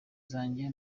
zanjye